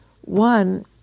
One